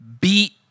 beat